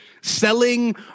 selling